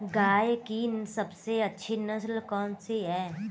गाय की सबसे अच्छी नस्ल कौनसी है?